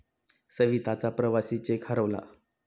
सविताचा प्रवासी चेक हरवला